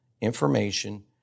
information